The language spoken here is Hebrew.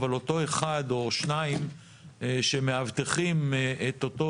אבל אותו אחד או שניים שמאבטחים את אותו